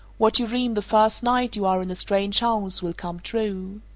what you dream the first night you are in a strange house will come true.